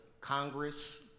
Congress